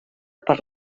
per